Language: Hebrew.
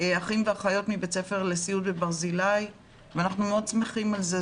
אחים ואחיות מבית הספר לסיעוד בברזילי ואנחנו מאוד שמחים על זה,